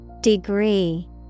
Degree